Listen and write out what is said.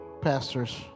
pastors